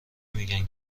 میگن